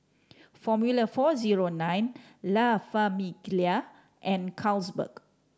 Formula Four Zero Nine La Famiglia and Carlsberg